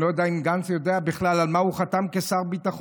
אני לא יודע אם גנץ יודע בכלל על מה הוא חתם כשר ביטחון,